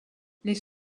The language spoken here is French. les